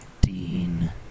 Dean